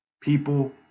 People